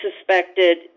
suspected